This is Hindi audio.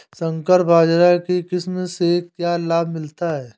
संकर बाजरा की किस्म से क्या लाभ मिलता है?